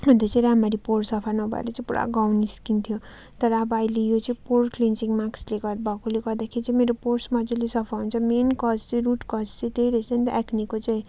अनि त्यो चाहिँ राम्ररी पोर सफा नभएर चाहिँ पुरा घाउ निस्कन्थ्यो तर अब अहिले यो चाहिँ पोर क्लिन्सिङ मास्कले गर्दा आफूले गर्दाखेरि चाहिँ मेरो पोर्स मजाले सफा हुन्छ मेन कज चाहिँ रुट कज चाहिँ त्यही रहेछ नि त एक्निको चाहिँ